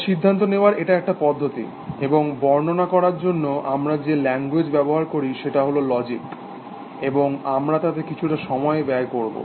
তাই সিদ্ধান্ত নেওয়ার এটা একটা পদ্ধতি এবং বর্ণনা করার জন্য আমরা যে ল্যাঙ্গুয়েজ ব্যবহার করি সেটা হল লজিক এবং আমরা তাতে কিছুটা সময় ব্যয় করব